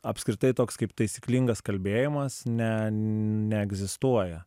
apskritai toks kaip taisyklingas kalbėjimas ne neegzistuoja